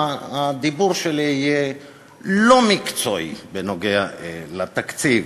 הדיבור שלי יהיה לא מקצועי בנוגע לתקציב.